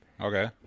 Okay